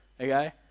okay